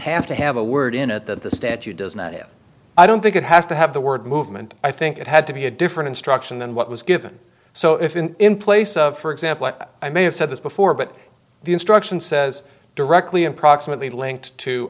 have to have a word in it that the statute does not have i don't think it has to have the word movement i think it had to be a different instruction than what was given so if in place of for example i may have said this before but the instruction says directly approximately linked to